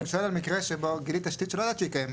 אני שואל על מקרה שבו גילית תשתית שלא ידעת שהיא קיימת.